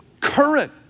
current